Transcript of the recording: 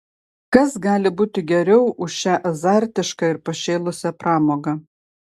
kas gali būti geriau už šią azartišką ir pašėlusią pramogą